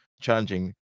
challenging